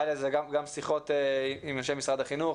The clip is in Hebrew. היו לי על זה גם שיחות עם אנשי משרד החינוך,